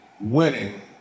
winning